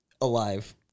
alive